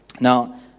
Now